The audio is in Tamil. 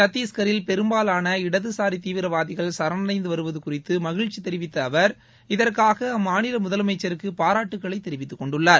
சத்தீஸ்கரில் பெரும்பாலான இடதுசாரி தீவிரவாதிகள் சரணடைந்து வருவது குறித்து மகிழ்ச்சி தெரிவித்த அவர் இதற்காக அம்மாநில முதலமைச்சருக்கு பாராட்டுக்களை தெரிவித்துக்கொண்டுள்ளார்